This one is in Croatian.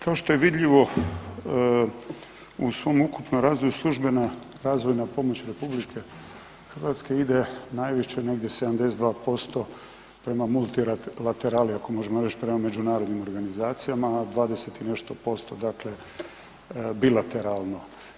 Kao što je vidljivo u svom ukupnom razvoju službena razvojna pomoć RH ide najviše negdje 72% prema multilaterali ako možemo reći, prema međunarodnim organizacijama, a 20 i nešto posto, dakle bilateralno.